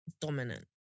Dominant